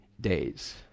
days